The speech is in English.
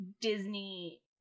disney